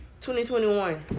2021